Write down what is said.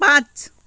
पाँच